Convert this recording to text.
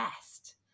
best